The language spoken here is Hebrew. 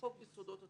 חוק יסודות התקציב"